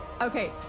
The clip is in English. Okay